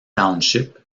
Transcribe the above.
township